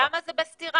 למה זה בסתירה?